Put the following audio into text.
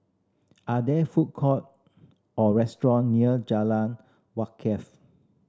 are there food court or restaurant near Jalan Wakaff